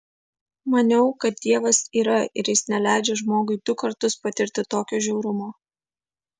maniau kad dievas yra ir jis neleidžia žmogui du kartus patirti tokio žiaurumo